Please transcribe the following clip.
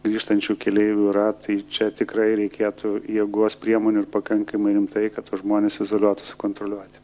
grįžtančių keleivių ratai čia tikrai reikėtų jėgos priemonių ir pakankamai rimtai kad tuos žmones izoliuotų sukontroliuoti